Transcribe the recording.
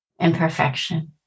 imperfection